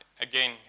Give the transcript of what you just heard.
Again